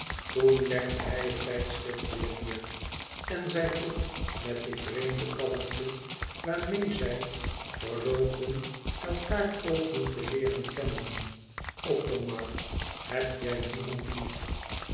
toen legde hij het tijdschrift weêr neêr en zij vroeg met die vreemde kalmte waarmeê zij verloofden elkaâr poogden te leeren kennen othomar heb jij niemand lief